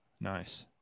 Nice